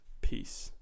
peace